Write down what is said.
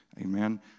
Amen